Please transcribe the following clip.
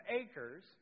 acres